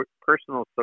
personal